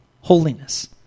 Holiness